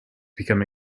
become